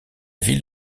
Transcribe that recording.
ville